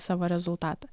savo rezultatą